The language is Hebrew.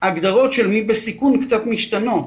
ההגדרות של מי בסיכון קצת משתנות.